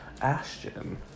Ashton